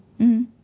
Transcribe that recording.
mmhmm